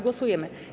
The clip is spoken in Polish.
Głosujemy.